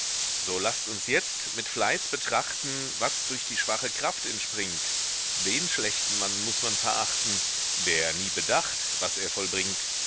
so laßt uns jetzt mit fleiß betrachten was durch die schwache kraft entspringt den schlechten mann muß man verachten der nie bedacht was er vollbringt